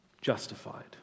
justified